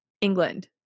England